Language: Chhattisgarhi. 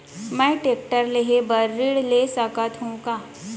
मैं टेकटर लेहे बर ऋण ले सकत हो का?